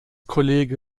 kollege